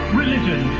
religion